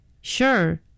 Sure